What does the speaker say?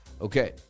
Okay